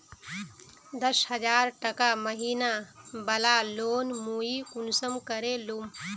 दस हजार टका महीना बला लोन मुई कुंसम करे लूम?